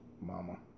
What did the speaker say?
mama